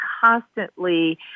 constantly